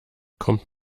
kommt